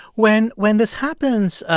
when when this happens,